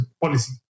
policy